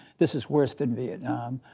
this is worse than vietnam.